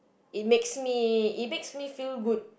it makes me it makes me feel good